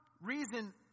reason